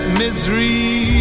misery